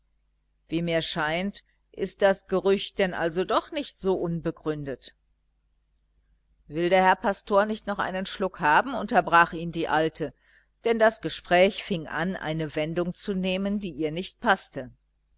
wie mir scheint ist das gerücht denn also doch nicht so unbegründet will der herr pastor nicht noch einen schluck haben unterbrach ihn die alte denn das gespräch fing an eine wendung zu nehmen die ihr nicht paßte